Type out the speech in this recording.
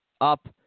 up